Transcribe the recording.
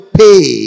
pay